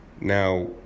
Now